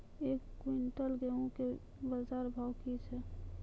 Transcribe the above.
एक क्विंटल गेहूँ के बाजार भाव की छ?